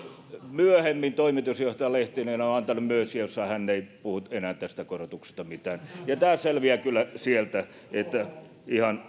myöhemmin toimitusjohtaja lehtinen on on antanut myös lausunnon jossa hän ei puhu tästä korotuksesta enää mitään tämä selviää kyllä sieltä eli tämä